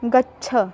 गच्छ